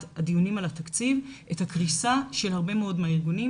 הדיונים על התקציב את הקריסה של הרבה מאוד מהארגונים